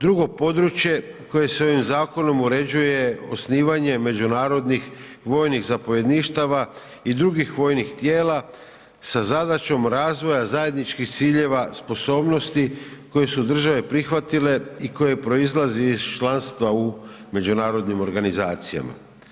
Drugo područje koje se ovim zakonom uređuje je osnivanje međunarodnih vojnih zapovjedništava i drugih vojnih tijela sa zadaćom razvoja zajedničkih ciljeva, sposobnosti koje su države prihvatile i koje proizlazi iz članstva u međunarodnim organizacijama.